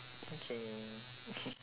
okay